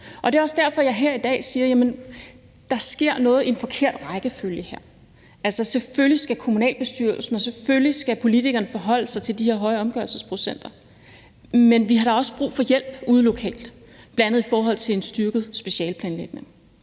Det er også derfor, at jeg her i dag siger, at der sker noget i en forkert rækkefølge her. Altså, selvfølgelig skal kommunalbestyrelsen og politikerne forholde sig til de her høje omgørelsesprocenter, men vi har da også brug for hjælp ude lokalt, bl.a. i forhold til en styrket specialeplanlægning.